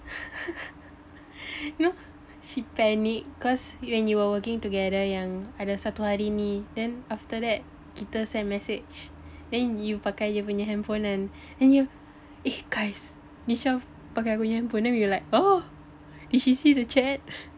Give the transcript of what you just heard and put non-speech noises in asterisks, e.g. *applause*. *laughs* no she panic cause yang when you were working together yang ada satu hari ni then after that kita send message then you pakai dia punya handphone kan then dia eh guys Nisha pakai aku punya handphone then we were like oh did she see the chat